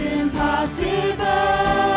impossible